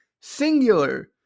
Singular